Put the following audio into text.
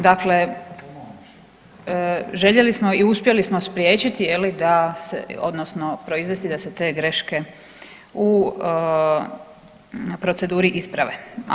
Dakle, željeli smo i uspjeli smo spriječiti, odnosno proizvesti da se te greške u proceduri isprave.